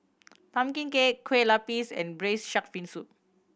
pumpkin cake kue lupis and braise shark fin soup